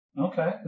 Okay